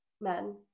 men